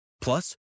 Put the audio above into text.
Plus